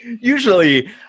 Usually